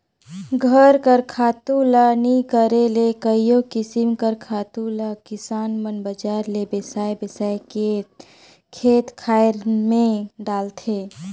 घर कर खातू ल नी करे ले कइयो किसिम कर खातु ल किसान मन बजार ले बेसाए बेसाए के खेत खाएर में डालथें